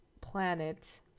planet